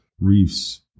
reefs